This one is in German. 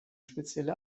spezielle